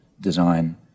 design